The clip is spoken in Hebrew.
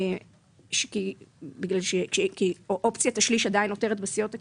כי אופציית השליש עדיין נותרת בסיעות הקטנות,